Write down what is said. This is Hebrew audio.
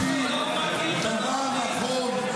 אנחנו עושים דבר נכון,